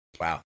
Wow